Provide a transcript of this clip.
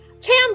tam